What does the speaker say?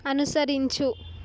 అనుసరించు